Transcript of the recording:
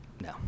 No